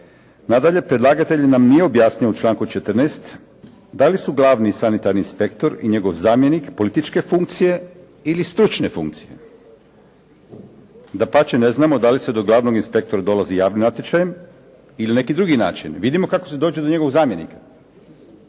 Nadalje predlagatelj nam nije objasnio u članku 14. da li su glavni sanitarni inspektor i njegov zamjenik političke funkcije ili stručne funkcije. Dapače ne znamo da li se do glavnog inspektora dolazi javnim natječajem ili na neki drugi način. Vidimo kako se dođe do njegovog zamjenika.